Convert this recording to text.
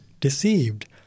deceived